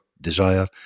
desire